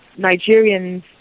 Nigerians